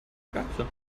glatze